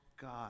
God